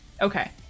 okay